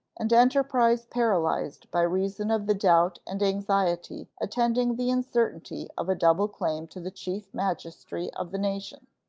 and enterprise paralyzed by reason of the doubt and anxiety attending the uncertainty of a double claim to the chief magistracy of the nation.